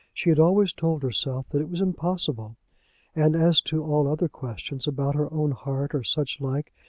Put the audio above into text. she had always told herself that it was impossible and as to all other questions, about her own heart or such like,